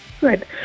Good